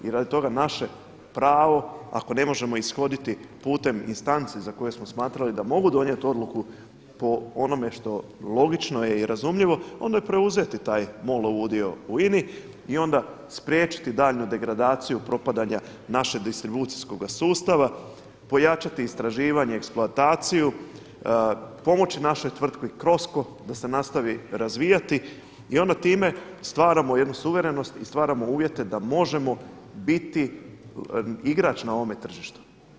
I radi toga naše pravo ako ne možemo ishoditi putem instanci za koje smo smatrali da mogu donijeti odluku po onome što logično je i razumljivo onda preuzeti taj MOL-ov udio u INA-i i onda spriječiti daljnju degradaciju propadanja našeg distribucijskog sustava, pojačati istraživanje i eksploataciju, pomoći našoj tvrtki CROSCO da se nastavi razvijati i onda time stvaramo jednu suverenost i stvaramo uvjete da možemo biti igrač na ovome tržištu.